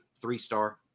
three-star